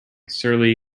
surly